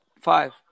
five